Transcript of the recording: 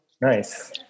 Nice